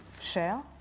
share